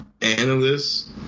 analysts